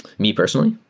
me personally?